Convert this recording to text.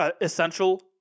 essential